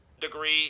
degree